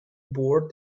bored